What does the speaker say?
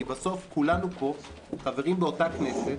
כי בסוף כולנו פה חברים באותה כנסת,